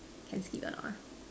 can skip or not